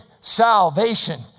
salvation